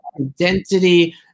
identity